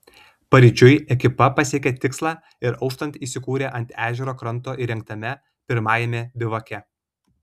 paryčiui ekipa pasiekė tikslą ir auštant įsikūrė ant ežero kranto įrengtame pirmajame bivake